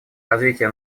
развитие